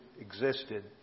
existed